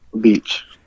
Beach